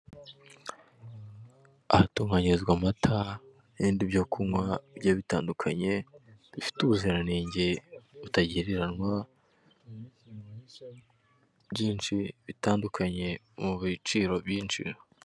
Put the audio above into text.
Ahatunganyirizwa amata n'ibindi byo kunywa bigiye bitandukanye, bifite ubuziranenge butagereranywa, byinshi bitandukanye mu biciro binshi.